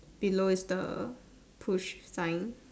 below is the push sign